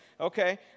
Okay